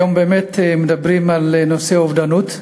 היום מדברים על נושא האובדנות.